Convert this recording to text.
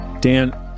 Dan